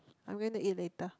I'm going to eat later